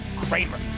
Kramer